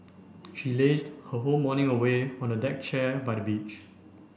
she lazed her whole morning away on the deck chair by the beach